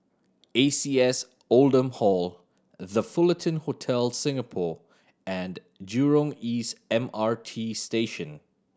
A C S Oldham Hall The Fullerton Hotel Singapore and Jurong East M R T Station